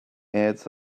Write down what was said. ads